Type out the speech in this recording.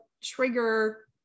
trigger